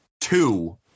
Two